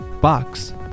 Box